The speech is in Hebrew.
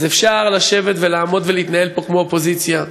אז אפשר לשבת ולעמוד ולהתנהל פה כמו אופוזיציה,